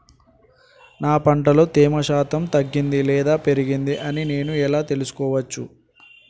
నా పంట లో తేమ శాతం తగ్గింది లేక పెరిగింది అని నేను ఎలా తెలుసుకోవచ్చు?